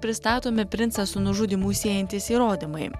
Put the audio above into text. pristatomi princą su nužudymu siejantys įrodymai